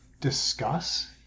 discuss